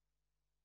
נתקבלה.